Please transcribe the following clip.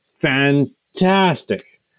Fantastic